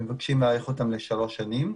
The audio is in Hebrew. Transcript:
מבקשים להאריך אותן בשלוש שנים.